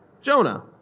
Jonah